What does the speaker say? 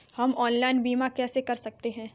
हम ऑनलाइन बीमा कैसे कर सकते हैं?